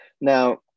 now